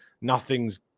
nothing's